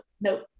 nope